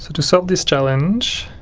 to solve this challenge,